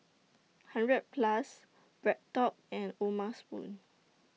hundred A Plus BreadTalk and O'ma Spoon